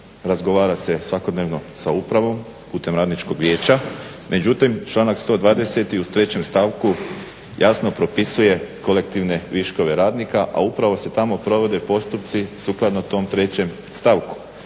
razgovara se svakodnevno sa upravom putem Radničkog vijeća, međutim članak 120. u trećem stavku jasno propisuje kolektivne viškove radnika, a upravo se tamo provode postupci sukladno tom trećem stavku.